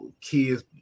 kids